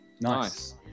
Nice